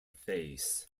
face